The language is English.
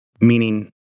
Meaning